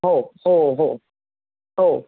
हो हो हो हो